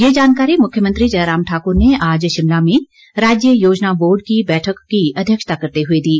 ये जानकारी मुख्यमंत्री जयराम ठाकुर ने आज शिमला में राज्य योजना बोर्ड की बैठक की अध्यक्षता करते हुए दी